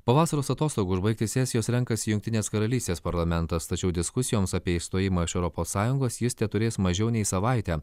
po vasaros atostogų užbaigti sesijos renkasi jungtinės karalystės parlamentas tačiau diskusijoms apie išstojimą iš europos sąjungos jis teturės mažiau nei savaitę